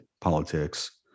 politics